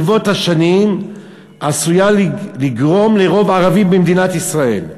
ברבות השנים עשוי לגרום לרוב ערבי במדינת ישראל,